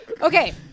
Okay